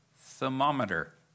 Thermometer